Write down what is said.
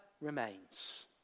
remains